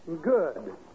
Good